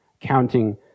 counting